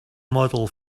model